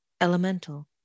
elemental